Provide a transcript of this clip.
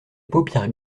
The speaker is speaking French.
paupières